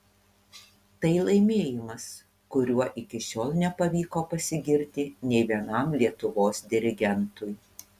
tai laimėjimas kuriuo iki šiol nepavyko pasigirti nei vienam lietuvos dirigentui